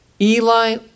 Eli